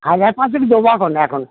হাজার পাঁচেক দেবো এখন এখন